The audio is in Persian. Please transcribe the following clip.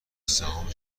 سهام